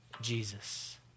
Jesus